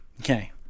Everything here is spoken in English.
Okay